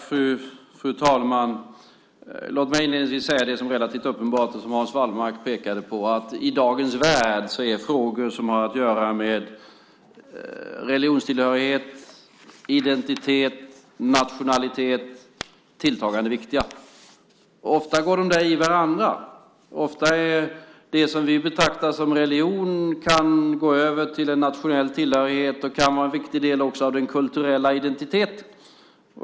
Fru talman! Låt mig inledningsvis säga det som är relativt uppenbart och som Hans Wallmark pekade på: I dagens värld är frågor som har att göra med religionstillhörighet, identitet och nationalitet tilltagande viktiga. Ofta går de in i varandra. Det som vi betraktar som religion kan gå över till nationell tillhörighet och kan också vara en viktig del av den kulturella identiteten.